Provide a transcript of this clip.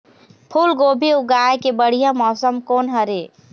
फूलगोभी उगाए के बढ़िया मौसम कोन हर ये?